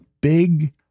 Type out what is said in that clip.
big